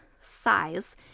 size